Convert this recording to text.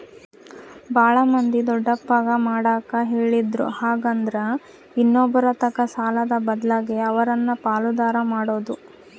ಬಾಳ ಮಂದಿ ದೊಡ್ಡಪ್ಪಗ ಮಾಡಕ ಹೇಳಿದ್ರು ಹಾಗೆಂದ್ರ ಇನ್ನೊಬ್ಬರತಕ ಸಾಲದ ಬದ್ಲಗೆ ಅವರನ್ನ ಪಾಲುದಾರ ಮಾಡೊದು